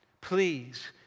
Please